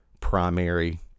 primary